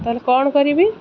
ତା'ହେଲେ କ'ଣ କରିବି